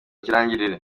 ikirangirire